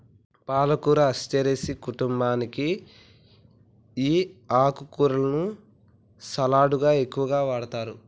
పాలకూర అస్టెరెసి కుంటుంబానికి ఈ ఆకుకూరలను సలడ్లకు ఎక్కువగా వాడతారు